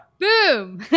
Boom